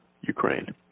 Ukraine